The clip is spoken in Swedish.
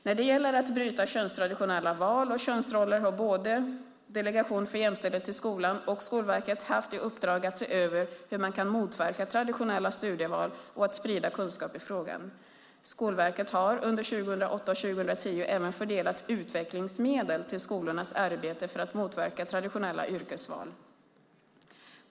När det gäller att bryta könstraditionella val och könsroller har både Delegation för jämställdhet i skolan och Skolverket haft i uppdrag att se över hur man kan motverka traditionella studieval och att sprida kunskap i frågan. Skolverket har under 2008-2010 även fördelat utvecklingsmedel till skolornas arbete för att motverka traditionella yrkesval.